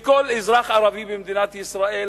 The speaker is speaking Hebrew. בכל אזרח ערבי במדינת ישראל,